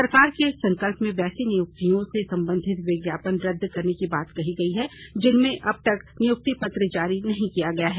सरकार के संकल्प में वैसी नियुक्तियों से संबंधित विज्ञापन रद्द करने की बात कही गयी है जिनमें अब तक नियुक्ति पत्र जारी नहीं किया गया है